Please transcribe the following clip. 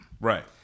Right